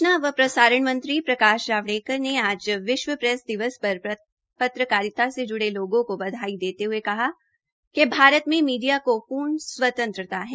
सूचना व प्रसारण मंत्री श्री प्रकाश जावड़ेकर ने आज विश्व प्रेस दिवस पर पत्रकारिता से जुड़े लोगो को बधाई देते हुये कहा कि भारत में मीडिया को पूर्ण स्वतंत्रता है